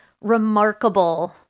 remarkable